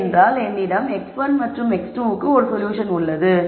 ஏனென்றால் என்னிடம் x1 மற்றும் x2 க்கு ஒரு சொல்யூஷன் உள்ளது